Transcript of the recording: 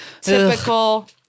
Typical